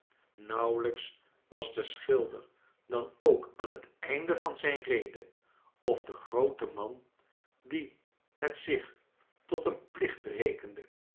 nauwelijks was de sohilder dan ook aan het einde van zijn rede of de groote man die het zich tot een plicht rekende